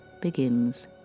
begins